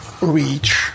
reach